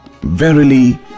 Verily